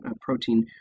protein